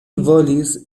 volis